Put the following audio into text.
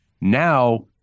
Now